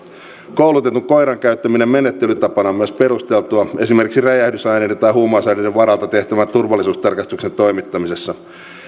koulutetun koiran käyttäminen menettelytapana on myös perusteltua esimerkiksi räjähdysaineiden tai huumausaineiden varalta tehtävän turvallisuustarkastuksen toimittamisessa